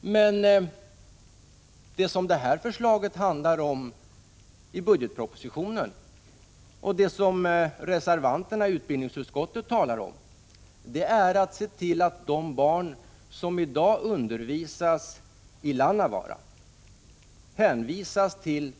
Men det som förslaget i budgetpropositionen handlar om och det som reservanterna i utbildningsutskottet talar om är att se till att de barn som i dag undervisas i Lannavaara skola hänvisas till